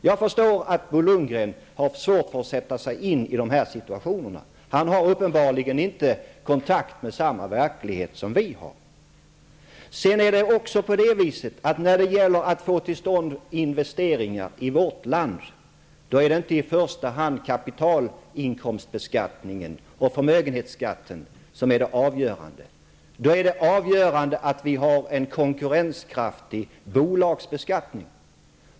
Jag förstår att Bo Lundgren har svårt att sätta sig in i dessa situationer. Han har uppenbarligen inte kontakt med samma verklighet som vi har. När det gäller att få till stånd investeringar i vårt land är det avgörande inte i första hand beskattningen på kapitalinkomst och förmögenhet. Det avgörande är att vi har en konkurrenskraftig bolagsbeskattning.